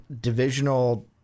divisional